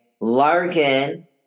Larkin